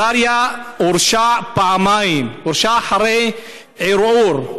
אזריה הורשע פעמיים, הורשע, אחרי ערעור,